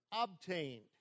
obtained